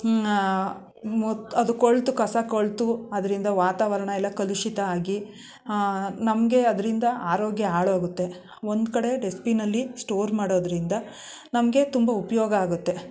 ಅದು ಕೊಳೆತು ಕಸ ಕೊಳ್ತು ಅದರಿಂದ ವಾತಾವರಣ ಎಲ್ಲ ಕಲುಷಿತ ಆಗಿ ನಮಗೆ ಅದರಿಂದ ಆರೋಗ್ಯ ಹಾಳಾಗುತ್ತೆ ಒಂದ್ಕಡೆ ಡಸ್ಟ್ಬಿನಲ್ಲಿ ಸ್ಟೋರ್ ಮಾಡೋದರಿಂದ ನಮಗೆ ತುಂಬ ಉಪಯೋಗ ಆಗುತ್ತೆ